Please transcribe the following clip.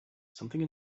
something